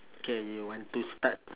okay you want to start